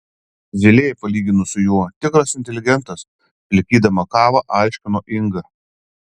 zylė palyginus su juo tikras inteligentas plikydama kavą aiškino inga